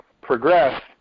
progress